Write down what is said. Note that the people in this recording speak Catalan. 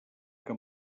que